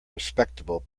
respectable